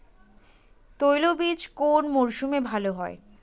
তৈলবীজ কোন মরশুমে ভাল হয়?